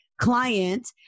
client